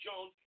Jones